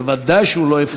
ודאי שהוא לא הפקר.